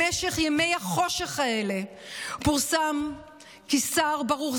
במשך ימי החושך האלה פורסם כי סהר ברוך,